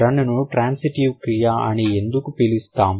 run ను intransitive క్రియ అని ఎందుకు పిలుస్తాం